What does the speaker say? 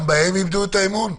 גם בהם איבדו את האמון?